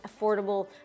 affordable